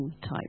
type